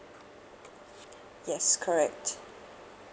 yes correct